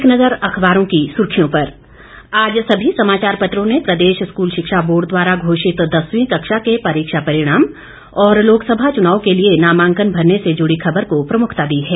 एक नज़र अखबारों की सुर्खियों पर आज सभी समाचार पत्रों ने प्रदेश स्कूल शिक्षा बोर्ड द्वारा घोषित दसवीं कक्षा के परीक्षा परिणाम और लोकसभा चुनाव के लिए नामांकन भरने से जुड़ी खबर को प्रमुखता दी है